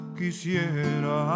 quisiera